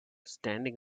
standing